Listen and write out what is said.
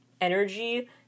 energy